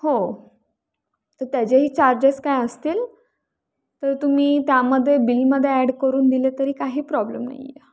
हो तर त्याचेही चार्जेस काय असतील तर तुम्ही त्यामध्ये बिलमध्ये ॲड करून दिले तरी काही प्रॉब्लेम नाही आहे